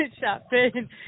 shopping